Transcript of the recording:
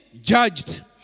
judged